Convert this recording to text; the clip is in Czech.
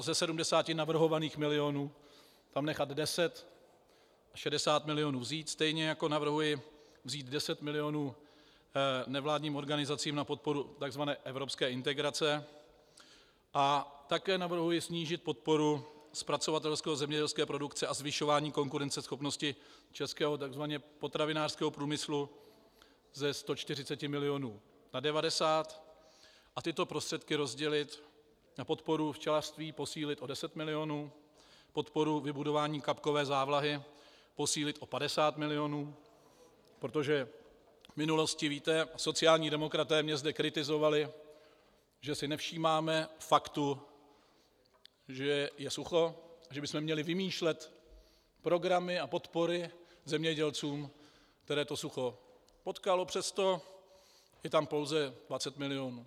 Ze 70 navrhovaných milionů tam nechat 10, 60 mil. vzít, stejně jako navrhuji vzít 10 mil. nevládním organizacím na podporu tzv. evropské integrace, a také navrhuji snížit podporu zpracovatelskozemědělské produkce a zvyšování konkurenceschopnosti českého tzv. potravinářského průmyslu ze 140 mil. na 90 a tyto prostředky rozdělit: podporu včelařství posílit o 10 mil., podporu vybudování kapkové závlahy posílit o 50 mil., protože v minulosti, víte, sociální demokraté mě zde kritizovali, že si nevšímáme faktu, že je sucho, že bychom měli vymýšlet programy a podpory zemědělcům, které sucho potkalo, přesto je tam pouze 20 mil.